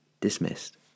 dismissed